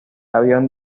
avión